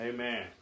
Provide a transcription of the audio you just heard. Amen